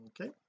okay